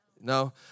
No